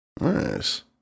Nice